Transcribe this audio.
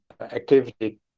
activity